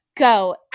go